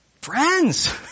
friends